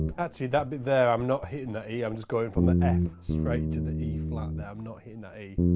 actually, that bit there, i'm not hitting the e. i'm just going from the f straight to the e flat. and i'm not hitting that e.